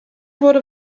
wurde